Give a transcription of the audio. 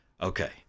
Okay